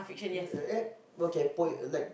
yeah or you can put it like